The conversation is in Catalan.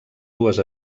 dues